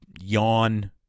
Yawn